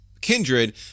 kindred